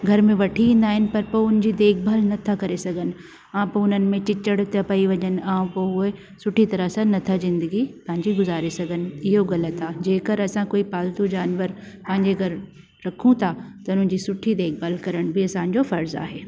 घर में वठी ईंदा आहिनि पर पोइ हुन जी देखभालु नथा करे सघनि ऐं पोइ हुन में चिचड़ था पई वञनि ऐं पोइ उहे सुठी तराह सां नथा ज़िंदगी पंहिंजी गुज़ारे सघनि इहो ग़लति आहे जे करे असां कोई पालतू जानवर पांजे घर रखूं था त हुननि जी सुठी देखभालु करण बि असांजो फर्ज़ु आहे